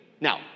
now